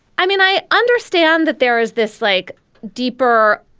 i mean, i understand that there is this like deeper,